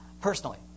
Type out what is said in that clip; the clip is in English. Personally